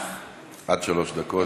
עד שלוש דקות,